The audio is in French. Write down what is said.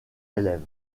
élèves